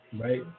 Right